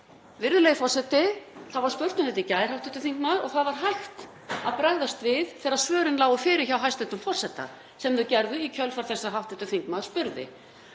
Virðulegi forseti. Það var spurt um þetta í gær, hv. þingmaður, og það var hægt að bregðast við þegar svörin lágu fyrir hjá hæstv. forseta, sem þau gerðu í kjölfar þess að hv. þingmaður spurði.